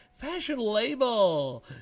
fashion-label